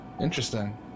Interesting